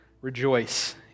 rejoice